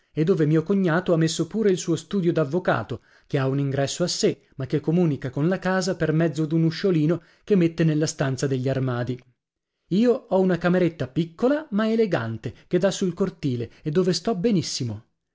e dove mio cognato ha messo pure il suo studio d'avvocato che ha un ingresso a sé ma che comunica con la casa per mezzo d'un usciolino che mette nella stanza degli armadi io ho una cameretta piccola ma elegante che dà sul cortile e dove sto benissimo